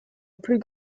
plus